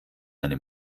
eine